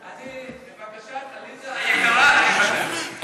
לבקשת עליזה היקרה, אני מוותר.